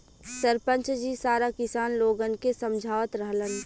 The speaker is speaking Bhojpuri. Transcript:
सरपंच जी सारा किसान लोगन के समझावत रहलन